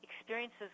experiences